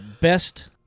Best